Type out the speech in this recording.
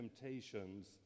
temptations